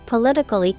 Political